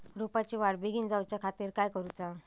रोपाची वाढ बिगीन जाऊच्या खातीर काय करुचा?